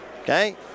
Okay